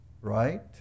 right